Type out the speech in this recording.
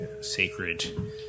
sacred